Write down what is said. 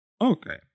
Okay